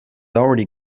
already